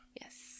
Yes